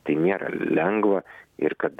tai nėra lengva ir kad